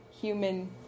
human